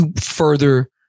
further